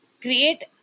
create